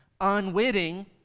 unwitting